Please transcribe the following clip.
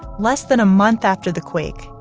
less than a month after the quake,